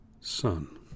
son